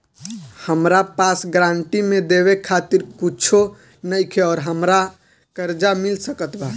हमरा पास गारंटी मे देवे खातिर कुछूओ नईखे और हमरा कर्जा मिल सकत बा?